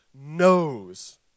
knows